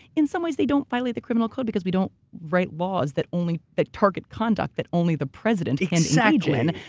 in some ways they don't violate the criminal code, because we don't write laws that only that target conduct that only the president can engage in.